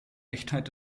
echtheit